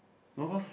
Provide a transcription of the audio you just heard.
no cause